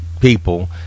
people